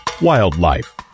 Wildlife